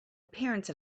appearance